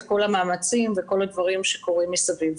כל המאמצים ואת כל הדברים שקורים מסביב.